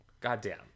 Goddamn